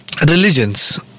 religions